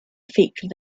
feature